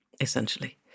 essentially